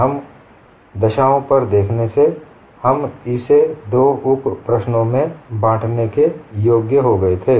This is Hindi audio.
सीमा दशाओं पर देखने से हम इसे दो उप प्रश्नों में बांटने के योग्य हो गए थे